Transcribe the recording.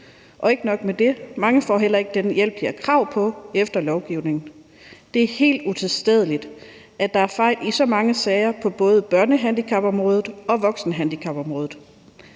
Og ikke nok med det, mange får heller ikke den hjælp, de har krav på efter lovgivningen. Det er helt utilstedeligt, at der er fejl i så mange sager på både børnehandicapområdet og voksenhandicapområdet.